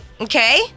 Okay